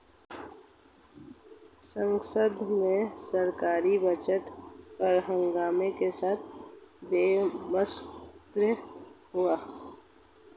संसद में सरकारी बजट पर हंगामे के साथ विमर्श हुआ